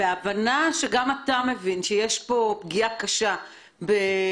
בהנחה שגם אתה מבין שיש פה פגיעה קשה בפרטיות